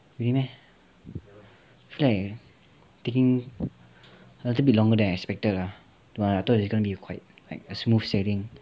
really meh I feel like taking a little bit longer than expected ah no lah I thought it was going to be quite like smooth sailing